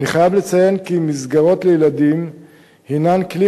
אני חייב לציין כי מסגרות לילדים הן כלי